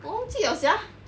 我忘记 liao sia